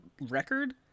record